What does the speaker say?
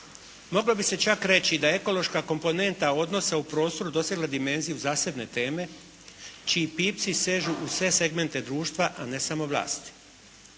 Moglo bi se čak reći da je ekološka komponenta odnosa u prostoru dosegla dimenziju zasebne teme čiji pipci sežu u sve segmente društva, a ne samo vlasti.